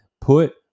put